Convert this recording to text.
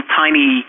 tiny